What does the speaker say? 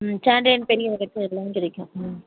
ம் சாண்டலியர் பெரிய விளக்கு எல்லாமே கிடைக்கும் ம்